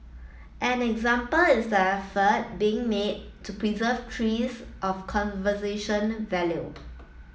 an example is the effort being made to preserve trees of conversation value